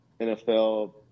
NFL